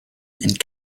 and